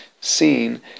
seen